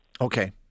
Okay